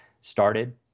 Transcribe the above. started